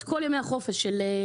את כל ימי החופש שלו.